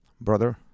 brother